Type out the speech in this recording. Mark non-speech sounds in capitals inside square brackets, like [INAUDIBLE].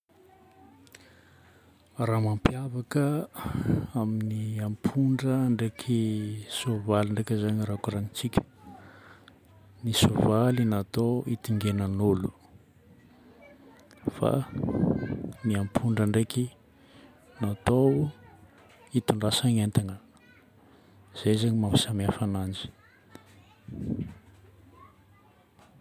Raha mampiavaka [HESITATION] amin'ny ampondra ndraiky soavaly ndraika zany raha koragnintsika. Ny soavaly natao itaingenan'olo, fa ny ampondra ndraiky natao itondrasana entana. Zay zany mahasamihafa ananjy.